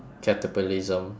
capitalism